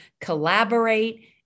collaborate